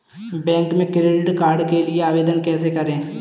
Bank में credit card के लिए आवेदन कैसे करें?